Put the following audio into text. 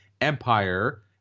Empire